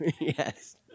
Yes